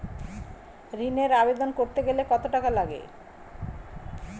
ঋণের আবেদন করতে গেলে কত টাকা লাগে?